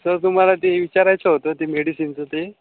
sir तुम्हाला ते विचारायचं होतं ते मेडिसिनचं ते